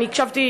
הקשבתי,